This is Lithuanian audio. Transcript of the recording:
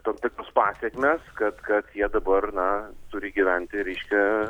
tam tikros pasekmės kad kad jie dabar na turi gyventi reiškia